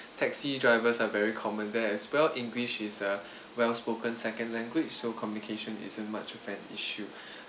taxi drivers are very common there as well english is a well spoken second language so communication isn't much of an issue